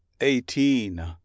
eighteen